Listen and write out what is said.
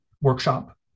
workshop